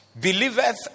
believeth